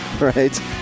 right